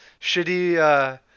shitty